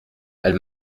elle